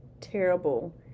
terrible